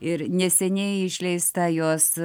ir neseniai išleista jos